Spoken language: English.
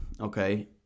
Okay